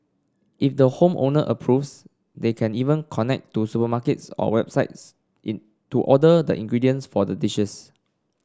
if the home owner approves they can even connect to supermarkets or websites in to order the ingredients for the dishes